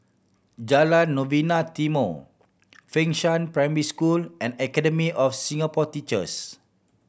Jalan Novena Timor Fengshan Primary School and Academy of Singapore Teachers